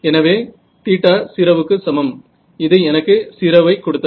எனவே θ 0 இது எனக்கு 0 வை கொடுத்தது